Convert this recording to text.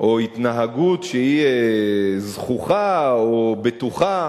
או התנהגות שהיא זחוחה או בטוחה